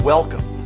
Welcome